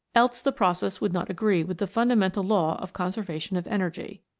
else the process would not agree with the fundamental law of conservation of energy.